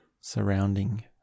surrounding